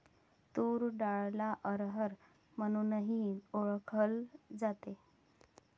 तूर डाळला अरहर म्हणूनही ओळखल जाते